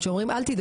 התחקו,